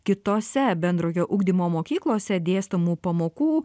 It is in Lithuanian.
kitose bendrojo ugdymo mokyklose dėstomų pamokų